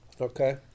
Okay